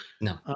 no